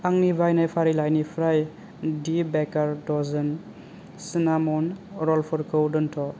आंनि बायनाय फारिलाइनिफ्राय दा बेकार्स दजोन सिनामन रलफोरखौ दोनथ'